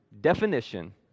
definition